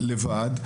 לבד.